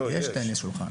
יש טניס שולחן.